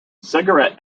cigarette